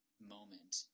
moment